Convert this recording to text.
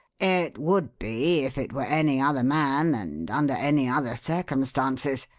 it would be if it were any other man and under any other circumstances.